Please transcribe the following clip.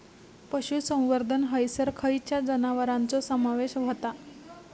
पशुसंवर्धन हैसर खैयच्या जनावरांचो समावेश व्हता?